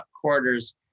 quarters